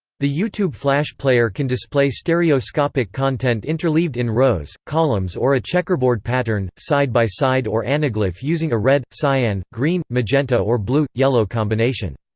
the youtube flash player can display stereoscopic content interleaved in rows, columns or a checkerboard pattern, side-by-side or anaglyph using a red cyan, green magenta or blue yellow combination.